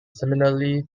similarly